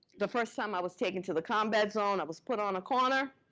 the first time i was taken to the combat zone. i was put on a corner,